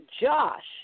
Josh